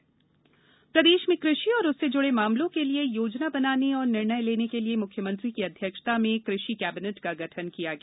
कृषि कैबिनेट प्रदेश में कृषि और उससे जुड़े मामलों के लिए योजना बनाने और निर्णय लेने के लिए मुख्यमंत्री की अध्यक्षता में कृषि कैबिनेट का गठन किया गया